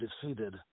defeated